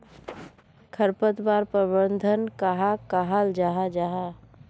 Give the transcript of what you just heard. खरपतवार प्रबंधन कहाक कहाल जाहा जाहा?